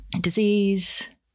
disease